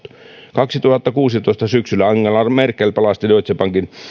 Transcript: kaksituhattakuusitoista syksyllä angela merkel pelasti deutsche bankin